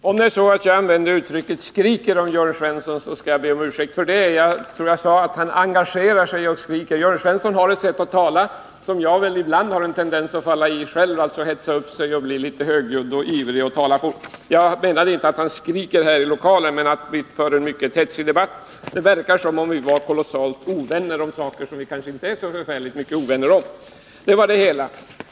Herr talman! Om jag använde ordet skriker om Jörn Svensson skall jag be om ursäkt för det. Jag tror jag sade engagerar sig och skriker. Jörn Svensson har ett sätt att tala, som jag själv har en tendens att falla in i, nämligen att hetsa upp sig, bli engagerad och ivrig. Jag menade inte att han skriker här i lokalen, utan att vi för en mycket hetsig debatt. Det verkade som om vi vore kolossala ovänner om saker vi kanske inte är ovänner om.